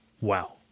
Wow